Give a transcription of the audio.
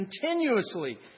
continuously